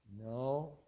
no